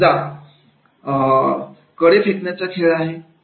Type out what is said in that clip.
समजा कडे फेकण्याचा खेळ आहे